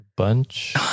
Bunch